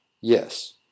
Yes